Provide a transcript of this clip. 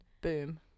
Boom